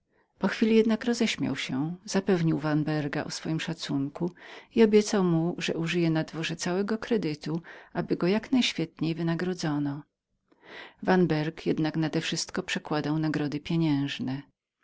po chwili jednak roześmiał się zapewnił vanberga o swoim szacunku i użył całego kredytu aby go jak najświetniej wynagrodzono vanberg jednak nadewszystko przekładał nagrody pieniężne